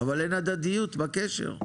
אבל אין הדדיות בקשר.